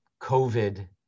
COVID